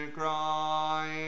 cry